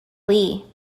lee